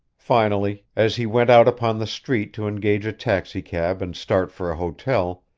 finally, as he went out upon the street to engage a taxicab and start for a hotel,